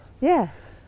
Yes